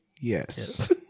Yes